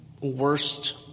worst